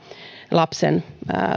lapsen